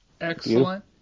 Excellent